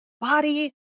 body